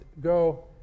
go